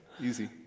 easy